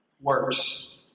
works